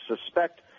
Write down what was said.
suspect